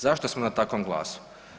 Zašto smo na takvom glasu?